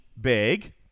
big